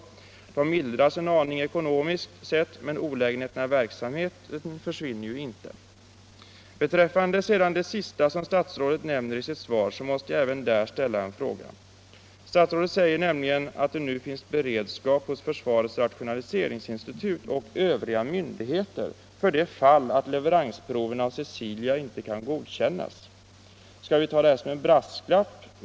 De mildras en aning ekonomiskt sett, men olägenheterna i verksamheten försvinner inte. Beträffande det sista som statsrådet nämner i sitt svar måste jag även där ställa en fråga. Statsrådet säger nämligen att det nu finns beredskap hos försvarets rationaliseringsinstitut och hos övriga myndigheter för det fall att leveransproven av Cecilia inte kan godkännas. Skall vi tolka detta som en brasklapp?